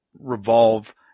Revolve